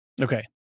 okay